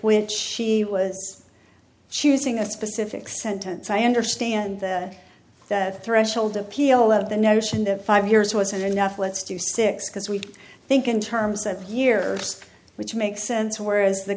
which she was choosing a specific sentence i understand that threshold appeal of the notion that five years wasn't enough let's do six because we think in terms of years which makes sense whereas the